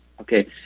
Okay